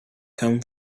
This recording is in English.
come